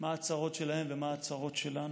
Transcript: מה הצרות שלהם ומה הצרות שלנו.